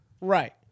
Right